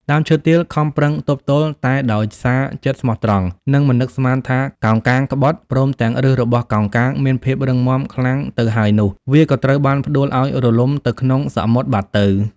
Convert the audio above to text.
ដើមឈើទាលខំប្រឹងទប់ទល់ តែដោយសារចិត្តស្មោះត្រង់ និងមិននឹកស្មានថាកោងកាងក្បត់ ព្រមទាំងប្ញសរបស់កោងកាងមានភាពរឹងមាំខ្លាំងទៅហើយនោះ វាក៏ត្រូវបានផ្តួលឲ្យរលំទៅក្នុងសមុទ្របាត់ទៅ។